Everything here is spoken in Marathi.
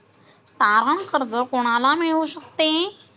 तारण कर्ज कोणाला मिळू शकते?